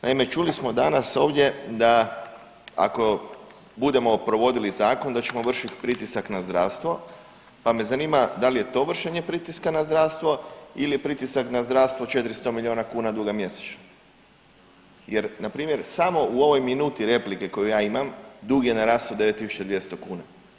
Naime, čuli smo danas ovdje da ako budemo provodili zakon da ćemo vršiti pritisak na zdravstvo pa me zanima da li je to vršenje na zdravstvo ili je pritisak na zdravstvo 400 miliona kuna duga mjesečno jer npr. samo u ovoj minuti replike koju ja imam dug je narastao 9.200 kuna.